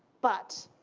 but